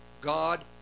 God